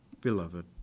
Beloved